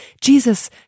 Jesus